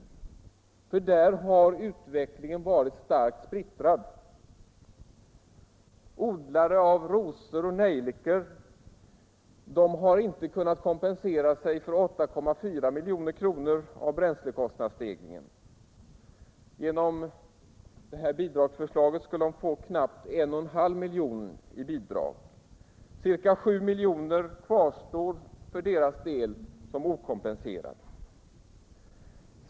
— Lån till trädgårds Där har utvecklingen varit starkt splittrad. Odlare av rosor och nejlikor — näringen har inte kunnat kompensera sig för 8,4 milj.kr. av bränslekostnadsstegringen. Genom bidragsförslaget skulle de få knappt 1,5 miljoner i bidrag. Ca 7 milj.kr. kvarstår för deras del som okompenserade.